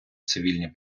цивільні